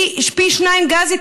כי יזקקו שם פי שניים גז.